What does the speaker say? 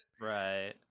Right